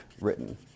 written